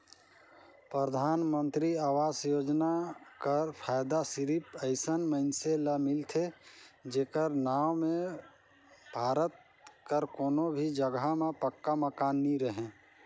परधानमंतरी आवास योजना कर फएदा सिरिप अइसन मइनसे ल मिलथे जेकर नांव में भारत कर कोनो भी जगहा में पक्का मकान नी रहें